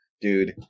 Dude